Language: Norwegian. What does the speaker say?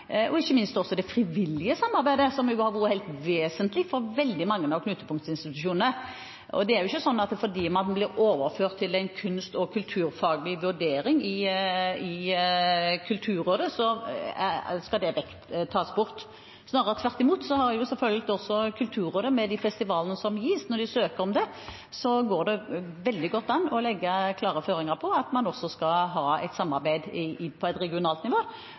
og ikke minst også det frivillige samarbeidet, som har vært helt vesentlig for veldig mange av knutepunktinstitusjonene. Det er jo ikke sånn at fordi man blir overført til en kunst- og kulturfaglig vurdering i Kulturrådet, så skal det tas bort. Snarere tvert imot kan selvfølgelig også Kulturrådet når det gjelder de festivalene som det gis til når de søker om det, veldig godt legge klare føringer på at man skal ha et samarbeid på et regionalt nivå,